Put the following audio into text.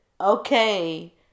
Okay